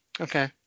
Okay